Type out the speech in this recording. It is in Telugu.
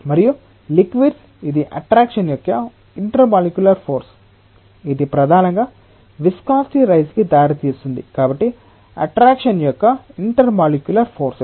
మరియు లిక్విడ్స్ ఇది అట్రాక్షణ్ యొక్క ఇంటర్మోలక్యులర్ ఫోర్సు ఇది ప్రధానంగా విస్కాసిటి రైజ్ కి దారితీస్తుంది కాబట్టి అట్రాక్షణ్ యొక్క ఇంటర్మోలక్యులర్ ఫోర్సెస్